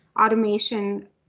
automation